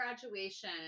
graduation